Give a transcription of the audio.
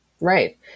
Right